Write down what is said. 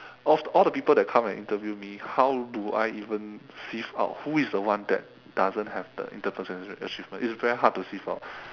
of all the people that come and interview me how do I even sieve out who is the one that doesn't have the interpersonal achievement it's very hard to sieve out